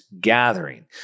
gathering